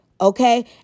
Okay